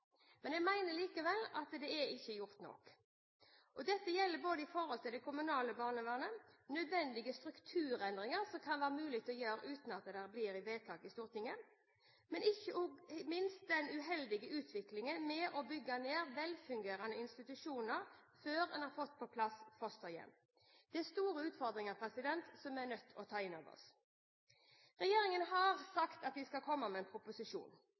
men jeg mener likevel at det er ikke gjort nok. Det gjelder både det kommunale barnevernet og nødvendige strukturendringer som det kan være mulig å gjøre uten vedtak i Stortinget, og ikke minst gjelder det den uheldige utviklingen med å bygge ned velfungerende institusjoner før en har fått på plass fosterhjem. Dette er store utfordringer, som vi er nødt til å ta inn over oss. Regjeringen har sagt at den skal komme med en proposisjon.